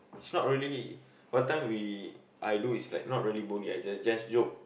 it's not really one time we I do is like not really bully as in just joke